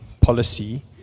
policy